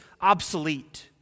obsolete